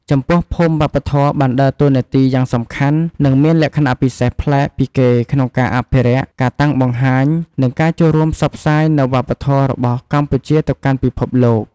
ចំពោះភូមិវប្បធម៌បានដើរតួនាទីយ៉ាងសំខាន់ និងមានលក្ខណៈពិសេសប្លែកពីគេក្នុងការអភិរក្ស ការតាំងបង្ហាញ និងការចូលរួមផ្សព្វផ្សាយនូវវប្បធម៌របស់កម្ពុជាទៅកាន់ពិភពលោក។